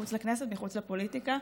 מחוץ לכנסת ומחוץ לפוליטיקה,